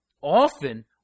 often